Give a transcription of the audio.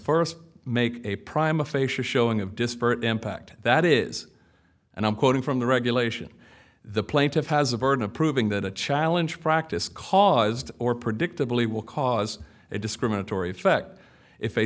first make a prime aphasia showing of disparate impact that is and i'm quoting from the regulation the plaintiff has the burden of proving that a challenge practice caused or predictably will cause a discriminatory effect if a